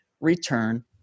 return